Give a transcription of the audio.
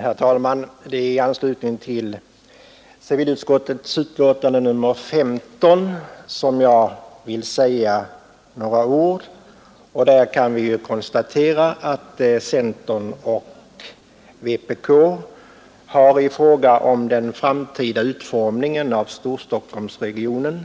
Herr talman! Det är i anslutning till civilutskottets betänkande nr 15 som jag vill säga några ord. Vi kan konstatera att centern och vpk i fråga om den framtida utformningen av Storstockholmsregionen